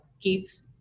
keeps